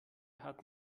hat